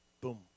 boom